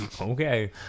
Okay